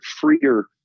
freer